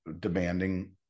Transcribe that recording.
demanding